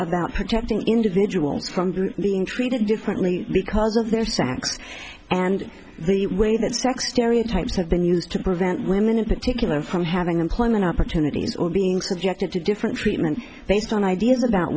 about protecting individuals from being treated differently because of their sacks and the way that sex stereotypes have been used to prevent women in particular from having employment opportunities or being subjected to different treatment based on ideas about